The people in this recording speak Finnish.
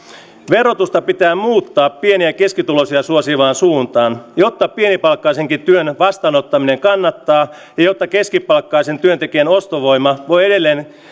verotusta pitää muuttaa pieni ja keskituloisia suosivaan suuntaan jotta pienipalkkaisenkin työn vastaanottaminen kannattaa ja jotta keskipalkkaisen työntekijän ostovoima voi edelleen